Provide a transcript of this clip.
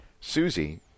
Susie